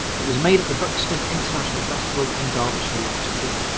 it was made at the buxton international festival in derbyshire last week,